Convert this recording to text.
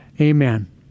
amen